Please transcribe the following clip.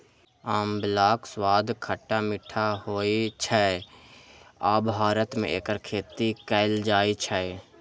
आंवलाक स्वाद खट्टा मीठा होइ छै आ भारत मे एकर खेती कैल जाइ छै